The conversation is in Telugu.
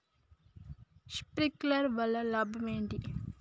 శప్రింక్లర్ వల్ల లాభం ఏంటి?